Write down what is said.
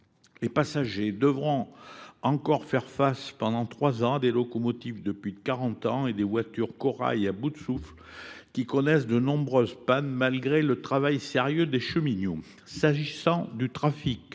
Les passagers devront donc encore subir, pendant trois ans, des locomotives de plus de 40 ans et des voitures Corail à bout de souffle, qui connaissent de nombreuses pannes, malgré le travail sérieux des cheminots. S’agissant du trafic,